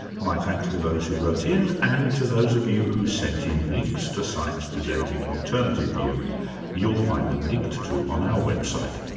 my thanks to those who wrote in and to those of you who sent in links to sites presenting an alternative view you'll find them linked to on our website.